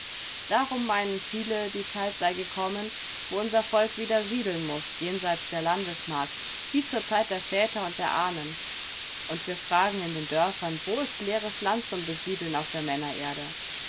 darum meinen viele die zeit sei gekommen wo unser volk wieder siedeln muß jenseits der landesmark wie zur zeit der väter und der ahnen und wir fragen in den dörfern wo ist leeres land zum besiedeln auf der männererde